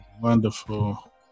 wonderful